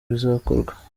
bizakorwa